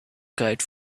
kite